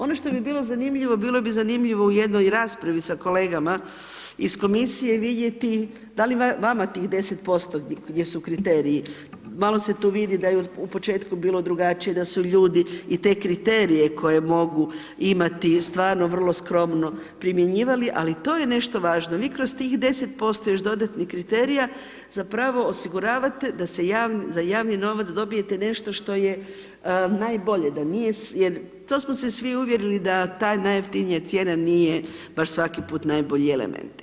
Ono što bi bilo zanimljivo, bilo bi zanimljivo u jednoj raspravi sa kolegama iz komisije vidjeti da li vama tih 10% gdje su kriteriji, malo se tu vidi da je u početku bilo drugačije, da su ljudi i te kriterije koje mogu imati, stvarno vrlo skromno primjenjivali, ali i to je nešto važno, vi kroz tih 10% još dodatnih kriterija zapravo osiguravate da za javni novac dobijete nešto što je najbolje, da nije, to smo se svi uvjerili da ta najjeftinija cijena nije baš svaki put najbolji element.